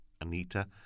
Anita